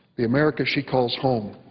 the america she calls home.